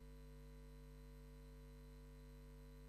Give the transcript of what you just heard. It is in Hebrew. והבריאות